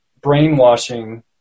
brainwashing